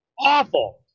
awful